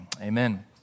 amen